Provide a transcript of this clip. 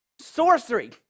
Sorcery